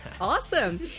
Awesome